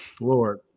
Lord